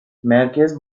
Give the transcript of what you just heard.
merkez